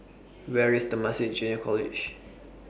Where IS Temasek Junior College